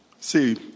see